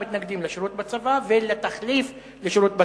אנחנו מתנגדים לשירות בצבא ולתחליף לשירות בצבא.